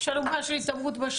יש לנו גם בעיה של התעמרות בשב"ס.